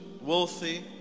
wealthy